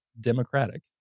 democratic